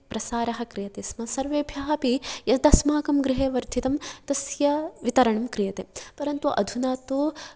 प्रसारः क्रियते स्म सर्वेभ्यः अपि यदस्माकं गृहे वर्धितम् तस्य वितरणं क्रियते परन्तु अधुना तु